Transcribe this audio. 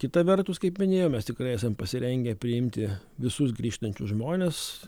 kita vertus kaip minėjau mes tikrai esam pasirengę priimti visus grįžtančius žmones